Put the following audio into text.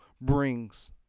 brings